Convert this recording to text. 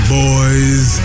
boys